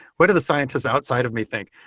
what is the scientist outside of me think?